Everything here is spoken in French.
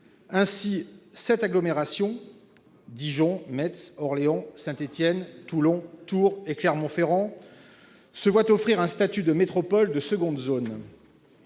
Ainsi, sept agglomérations- Dijon, Metz, ... Ah !... Orléans, Saint-Étienne, Toulon, Tours et Clermont-Ferrand -se voient offrir un statut de métropole de seconde zone.